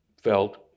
felt